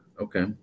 Okay